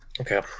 Okay